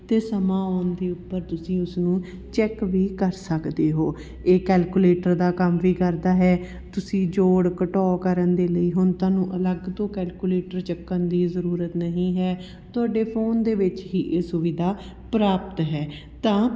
ਅਤੇ ਸਮਾਂ ਆਉਣ ਦੇ ਉੱਪਰ ਤੁਸੀਂ ਉਸ ਨੂੰ ਚੈੱਕ ਵੀ ਕਰ ਸਕਦੇ ਹੋ ਇਹ ਕੈਲਕੂਲੇਟਰ ਦਾ ਕੰਮ ਵੀ ਕਰਦਾ ਹੈ ਤੁਸੀਂ ਜੋੜ ਘਟੋ ਕਰਨ ਦੇ ਲਈ ਹੁਣ ਤੁਹਾਨੂੰ ਅਲੱਗ ਤੋਂ ਕੈਲਕੂਲੇਟਰ ਚੱਕਣ ਦੀ ਜ਼ਰੂਰਤ ਨਹੀਂ ਹੈ ਤੁਹਾਡੇ ਫੋਨ ਦੇ ਵਿੱਚ ਹੀ ਇਹ ਸੁਵਿਧਾ ਪ੍ਰਾਪਤ ਹੈ ਤਾਂ